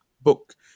book